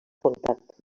comtat